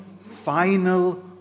final